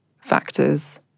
factors